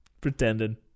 pretending